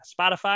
Spotify